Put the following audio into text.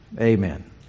Amen